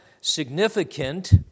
significant